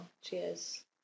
Cheers